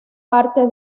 parte